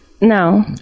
No